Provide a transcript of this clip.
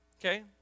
okay